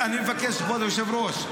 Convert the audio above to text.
אני מבקש, כבוד היושב-ראש.